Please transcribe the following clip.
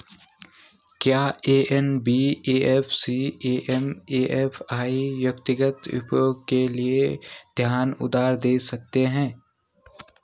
क्या NBFC MFI व्यक्तिगत उपयोग के लिए धन उधार दें सकते हैं?